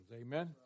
Amen